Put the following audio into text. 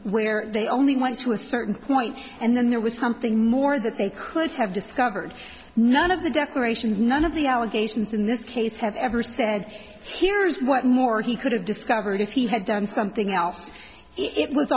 where they only went to a certain point and then there was something more that they could have discovered none of the declarations none of the allegations in this case have ever said here's what more he could have discovered if he had done something else it was